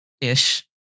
ish